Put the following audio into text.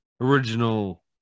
original